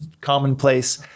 commonplace